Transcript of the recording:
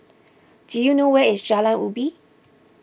do you know where is Jalan Ubi